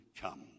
come